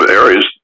areas